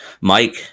mike